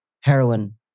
heroin